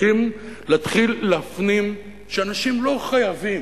צריכים להתחיל להפנים שאנשים לא חייבים,